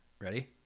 Ready